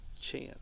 chance